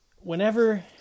Whenever